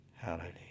Hallelujah